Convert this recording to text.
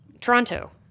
Toronto